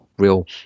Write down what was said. Real